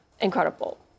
incredible